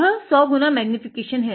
यह 100 गुना मैग्नीफीकेशन है